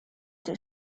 they